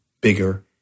bigger